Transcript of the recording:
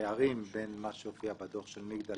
הפערים בין מה שהופיע בדוח של מגדל